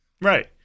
Right